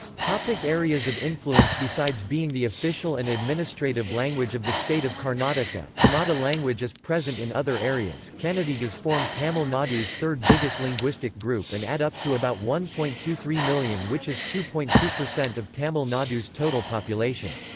but ah areas of influence besides being the official and administrative language of the state of karnataka, kannada language is present in other areas kannadigas form tamil nadu's third biggest linguistic group and add up to about one point two three million which is two point two of tamil nadu's total population.